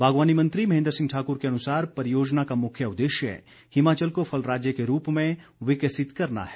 बागवानी मंत्री महेन्द्र सिंह ठाक़्र के अनुसार परियोजना का मुख्य उद्देश्य हिमाचल को फल राज्य के रूप में विकसित करना है